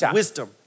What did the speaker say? wisdom